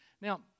Now